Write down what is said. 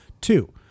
Two